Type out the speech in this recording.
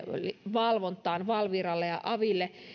valvontaan valviralle ja aveille